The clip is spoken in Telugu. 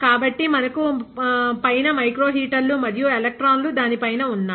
కాబట్టి మనకు పైన మైక్రోహీటర్లు మరియు ఎలక్ట్రాన్లు దాని పైన ఉన్నాయి